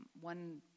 One